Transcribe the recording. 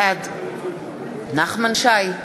בעד נחמן שי,